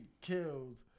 killed